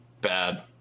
bad